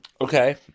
Okay